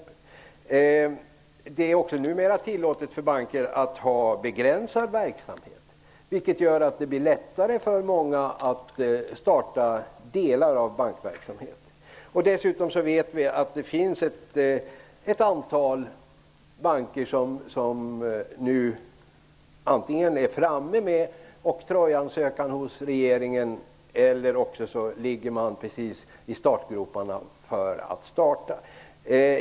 Numera är det också tillåtet för banker att bedriva begränsad verksamhet, vilket gör att det blir lättare för många att starta delar av bankverksamhet. Vi vet dessutom att det finns ett antal banker som nu antingen är framme med en oktrojansökan hos regeringen eller ligger i startgroparna.